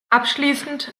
abschließend